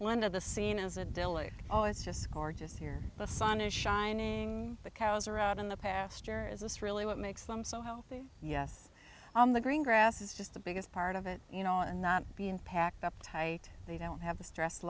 one of the scene is a delicious oh it's just gorgeous here the sun is shining the cows are out in the pasture is this really what makes them so healthy yes on the green grass is just the biggest part of it you know and not being packed up tight they don't have the stress